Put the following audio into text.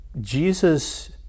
Jesus